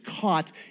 caught